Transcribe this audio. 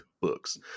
books